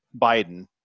Biden